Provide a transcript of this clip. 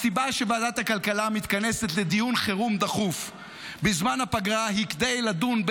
הסיבה שוועדת הכלכלה מתכנסת לדיון חירום דחוף בזמן הפגרה היא כדי לדון,